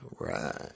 Right